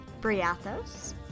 Briathos